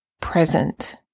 present